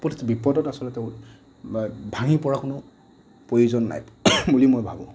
প্ৰতিটো বিপদত আচলতে ভাঙি পৰাৰ কোনো প্ৰয়োজন নাই বুলি মই ভাবোঁ